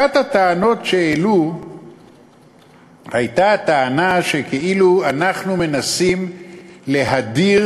אחת הטענות שהעלו הייתה שכאילו אנחנו מנסים להדיר